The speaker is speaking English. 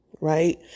right